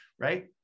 right